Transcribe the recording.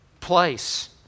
place